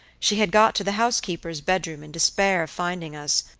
she had got to the housekeeper's bedroom in despair of finding us,